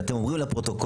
שאתם אומרים לפרוטוקול,